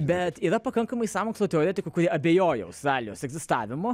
bet yra pakankamai sąmokslo teoretikų kurie abejoja australijos egzistavimu